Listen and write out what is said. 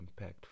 impactful